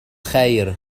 خير